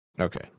Okay